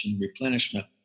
replenishment